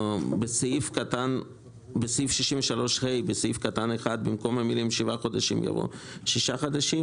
בסעיף 63ה בסעיף קטן (1) במקום המילים 7 חודשים יבואו המילים: 6 חודשים.